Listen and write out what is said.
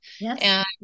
Yes